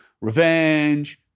revenge